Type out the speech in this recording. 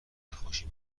خوشی